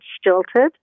stilted